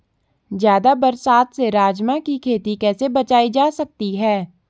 ज़्यादा बरसात से राजमा की खेती कैसी बचायी जा सकती है?